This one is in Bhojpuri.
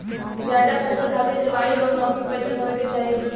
जायद फसल खातिर जलवायु अउर मौसम कइसन होवे के चाही?